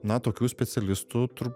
na tokių specialistų tur